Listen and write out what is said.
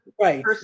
Right